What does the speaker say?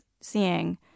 seeing